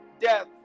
death